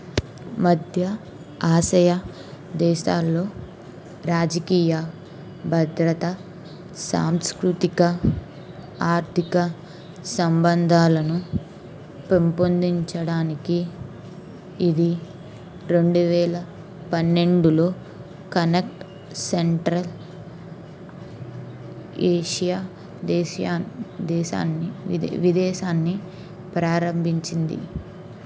మధ్య ఆసియా దేశాలలో రాజికీయ భద్రత సాంస్కృతిక ఆర్ధిక సంబంధాలను పెంపొందించడానికి ఇది రెండు వేల పన్నెండులో కనక్ట్ సెంట్రల్ ఏషియా దేశ్య దేశాన్ని వి విధానాన్ని ప్రారంభించింది